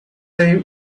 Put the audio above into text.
they